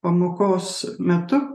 pamokos metu